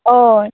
ओय